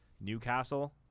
Newcastle